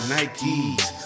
Nikes